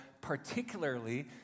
particularly